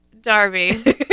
Darby